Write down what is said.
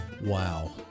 Wow